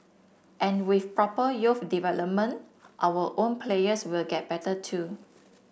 and with proper youth development our own players will get better too